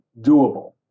doable